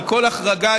כי כל החרגה,